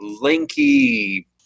lanky